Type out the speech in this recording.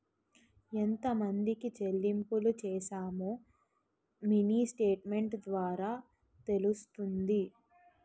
ఎంతమందికి చెల్లింపులు చేశామో మినీ స్టేట్మెంట్ ద్వారా తెలుస్తుంది